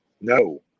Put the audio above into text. No